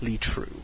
true